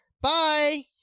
Bye